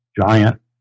giant